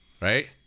right